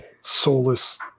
Soulless